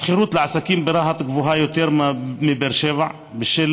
השכירות לעסקים ברהט גבוהה יותר מבאר שבע בשל